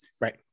Right